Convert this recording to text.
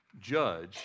judge